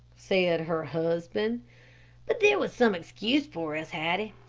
said her husband but there was some excuse for us, hattie.